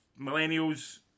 millennials